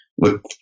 Look